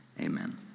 Amen